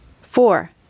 Four